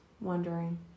wondering